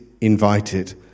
invited